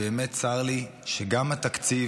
באמת צר לי שגם התקציב,